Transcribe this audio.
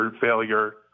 failure